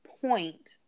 point